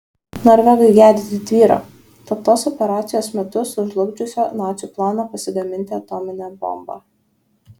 norvegai gedi didvyrio slaptos operacijos metu sužlugdžiusio nacių planą pasigaminti atominę bombą